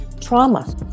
trauma